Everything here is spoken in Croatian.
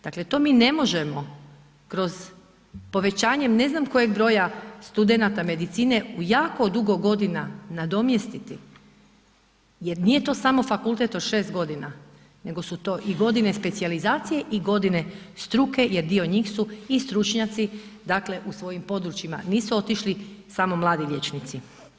Dakle, to mi ne možemo kroz povećanjem ne znam kojeg broja studenata medicine u jako dugo godina nadomjestiti jer nije to samo fakultet od 6.g., nego su to i godine specijalizacije i godine struke jer dio njih su i stručnjaci, dakle u svojim područjima, nisu otišli samo mladi liječnici.